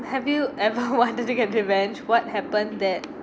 have you ever wanted to get revenge what happened that